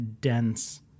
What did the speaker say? dense